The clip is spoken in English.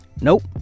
Nope